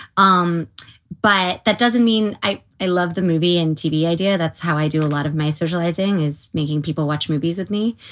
um but that doesn't mean i i love the movie and tv idea. that's how i do. a lot of my socializing is making people watch movies with me.